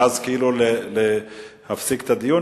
ואז כאילו להפסיק את הדיון.